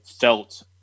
felt